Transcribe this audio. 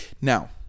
Now